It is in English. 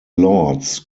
lords